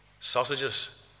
sausages